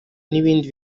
n’ibindi